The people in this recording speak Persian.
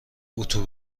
اتو